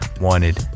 wanted